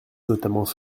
notamment